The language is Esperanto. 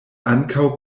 ankaŭ